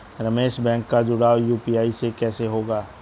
Ramesh bank का जुड़ाव UPI से कैसे होगा?